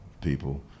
people